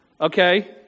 Okay